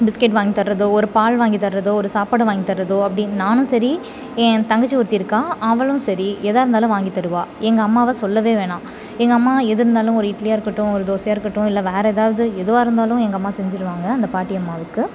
biscuit வாங்கி தரதோ ஒரு பால் வாங்கி தரதோ ஒரு சாப்பாடு வாங்கி தரதோ அப்படின்னு நானும் சரி என் தங்கச்சி ஒருத்தி இருக்காள் அவளும் சரி ஏதாருந்தாலும் வாங்கித்தருவாள் எங்கள் அம்மாவை சொல்லவே வேணாம் எங்கள் அம்மா எது இருந்தாலும் ஒரு இட்லியாக இருக்கட்டும் ஒரு தோசையாக இருக்கட்டும் இல்லை வேறு ஏதாவது எதுவாக இருந்தாலும் எங்களம்மா செஞ்சுருவாங்க அந்த பாட்டியம்மாவிக்கு